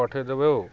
ପଠେଇଦବେ ଆଉ